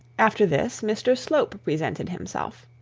after this mr slope presented himself.